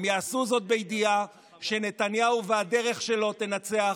הם יעשו זאת בידיעה שנתניהו והדרך שלו תנצח